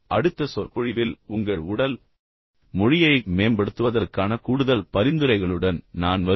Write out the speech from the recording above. அடுத்த சொற்பொழிவில் உங்கள் உடல் மொழியை மேம்படுத்துவதற்கான கூடுதல் பரிந்துரைகளுடன் நான் வருவேன்